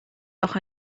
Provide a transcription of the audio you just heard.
noch